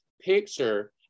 picture